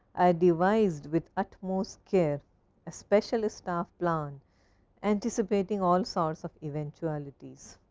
i devised with utmost care a special staff plan anticipating all sorts of eventualities.